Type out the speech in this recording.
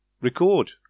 record